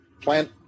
plant